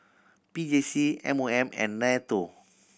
P J C M O M and NATO